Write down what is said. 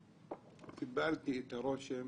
קיבלתי את הרושם